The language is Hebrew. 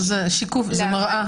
להבנתנו,